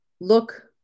look